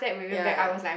ya ya